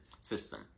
system